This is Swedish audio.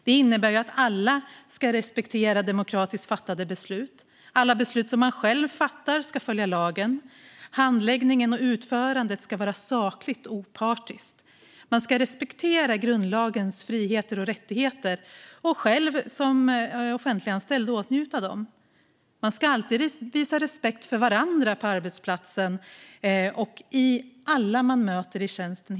Det innebär att alla ska respektera demokratiskt fattade beslut, att alla beslut man själv fattar ska följa lagen, att handläggningen och utförandet ska vara sakligt och opartiskt och att man ska respektera grundlagens fri och rättigheter och själv som offentliganställd åtnjuta dem. Vidare ska man alltid visa respekt för varandra på arbetsplatsen och alla man möter i tjänsten.